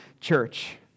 church